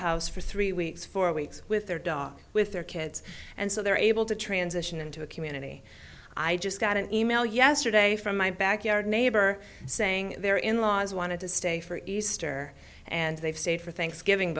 house for three weeks four weeks with their dog with their kids and so they're able to transition into a community i just got an email yesterday from my backyard neighbor saying their in laws wanted to stay for easter and they've stayed for thanksgiving